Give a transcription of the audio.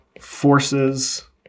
forces